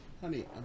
honey